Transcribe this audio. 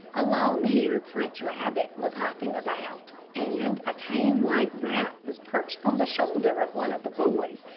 a long-haired french rabbit was hopping about, and a tame white rat was perched on the shoulder of one of the boys,